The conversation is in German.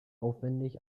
aufwendig